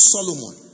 Solomon